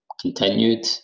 continued